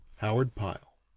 howard pyle